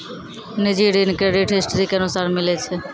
निजी ऋण credit history के अनुसार मिलै छै